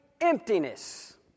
emptiness